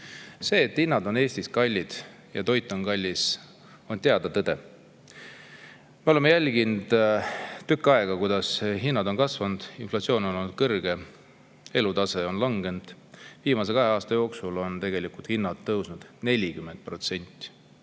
See, et hinnad on Eestis [kõrged] ja toit kallis, on teada tõde. Me oleme jälginud tükk aega, kuidas hinnad on kasvanud. Inflatsioon on olnud [suur] ja elatustase on langenud. Viimase kahe aasta jooksul on hinnad tõusnud 40%.